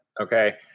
okay